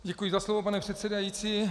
Děkuji za slovo, pane předsedající.